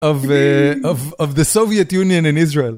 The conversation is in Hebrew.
של הסובייט-יוניון בישראל.